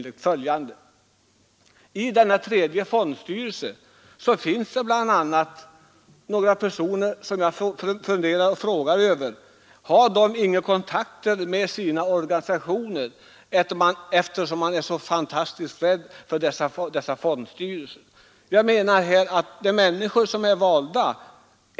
I den tredje fondstyrelsen finns bl.a. några personer som jag funderar över: Har de ingen kontakt med sina organisationer, eftersom man där är så fantastiskt rädd för dessa fondstyrelser?